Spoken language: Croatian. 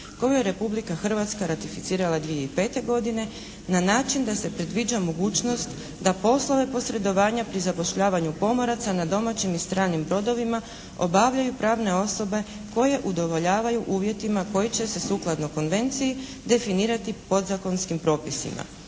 koju je Republika Hrvatska ratificirala 2005. godine, na način da se predviđa mogućnost da poslove posredovanja pri zapošljavanju pomoraca na domaćim i stranim brodovima obavljaju pravne osobe koje udovoljavaju uvjetima koji će se sukladno konvenciji definirati podzakonskim propisima.